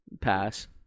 Pass